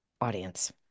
audience